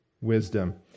wisdom